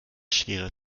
schwere